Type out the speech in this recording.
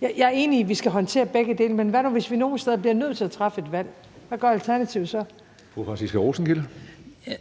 Jeg er enig i, at vi skal håndtere begge dele, men hvad nu, hvis vi nogle steder bliver nødt til at træffe et valg – hvad gør Alternativet så? Kl. 16:40 Tredje